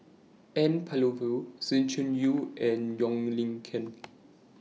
N Palanivelu Sng Choon Yee and Wong Lin Ken